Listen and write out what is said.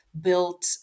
built